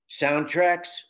soundtracks